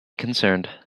concerned